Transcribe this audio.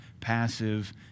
passive